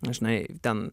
žinai ten